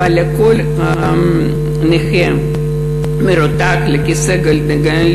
אבל אנחנו הגדלנו לכל נכה המרותק לכיסא גלגלים